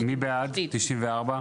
אוקיי, מי בעד 94?